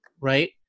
right